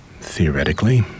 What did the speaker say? Theoretically